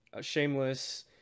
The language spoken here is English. Shameless